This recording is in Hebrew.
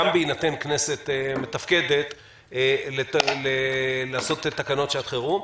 גם בהינתן כנסת מתפקדת, לעשות את תקנות שעת חירום.